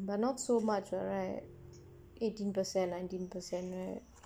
but not so much [what] right eighteen percent nineteen percent right